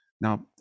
now